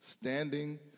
standing